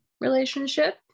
relationship